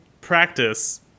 practice